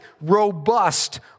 robust